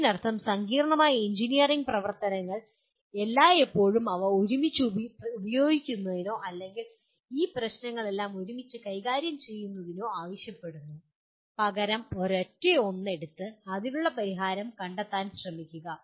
അതിനർത്ഥം സങ്കീർണ്ണമായ എഞ്ചിനീയറിംഗ് പ്രവർത്തനങ്ങൾ എല്ലായ്പ്പോഴും അവ ഒരുമിച്ച് ഉപയോഗിക്കുന്നതിനോ അല്ലെങ്കിൽ ഈ പ്രശ്നങ്ങളെല്ലാം ഒരുമിച്ച് കൈകാര്യം ചെയ്യുന്നതിനോ ആവശ്യപ്പെടുന്നു പകരം ഒരൊറ്റ ഒന്ന് എടുത്ത് അതിനുള്ള പരിഹാരം കണ്ടെത്താൻ ശ്രമിക്കുക